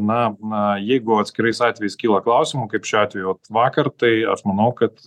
na na jeigu atskirais atvejais kyla klausimų kaip šiuo atveju vakar tai aš manau kad